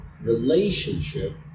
relationship